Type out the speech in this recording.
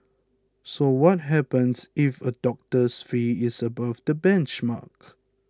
so what happens if a doctor's fee is above the benchmark